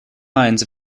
lines